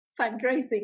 fundraising